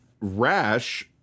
Rash